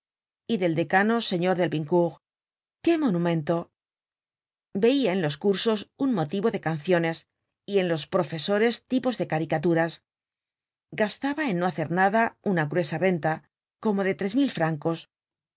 y del decano señor delvincourt qué monumento veia en los cursos un motivo de canciones y en los profesores tipos de caricaturas gastaba en no hacer nada unaígruesa renta como de tres mil francos